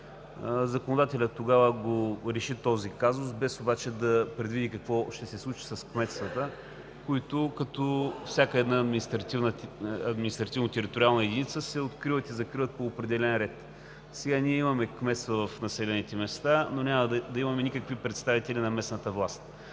Законодателят тогава реши този казус, без обаче да предвиди какво ще се случи с кметствата, които като всяка една административно-териториална единица се откриват и закриват по определен ред. Сега ние имаме кметства в населените места, но няма да имаме никакви представители на местната власт.